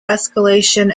escalation